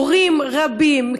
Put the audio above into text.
הורים רבים,